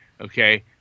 Okay